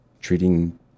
treating